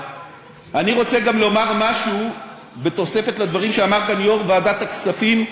אני רוצה גם לומר משהו בתוספת לדברים שאמר גם יו"ר ועדת הכספים,